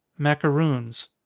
maccaroons.